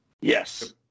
Yes